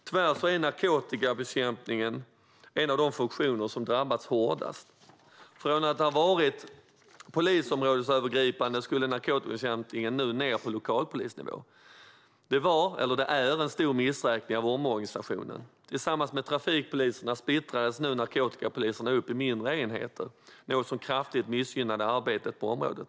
Tyvärr är narkotikabekämpningen en av de funktioner som har drabbats hårdast. Från att ha varit polisområdesövergripande skulle narkotikabekämpningen nu ned på lokalpolisnivå. Det var, och det är, en stor missräkning av omorganisationen. Tillsammans med trafikpoliserna splittrades nu narkotikapoliserna upp i mindre enheter - något som kraftigt missgynnade arbetet på området.